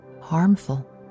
harmful